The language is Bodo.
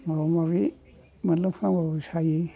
माबा माबि मोनलोंफ्रांब्लाबो सायो